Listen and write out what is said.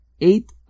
eight